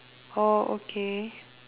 oh okay